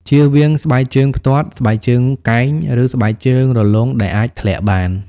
ជៀសវាងស្បែកជើងផ្ទាត់ ស្បែកជើងកែង ឬស្បែកជើងរលុងដែលអាចធ្លាក់បាន។